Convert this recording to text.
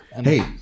Hey